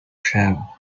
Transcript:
travel